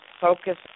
focus